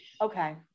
Okay